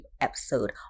episode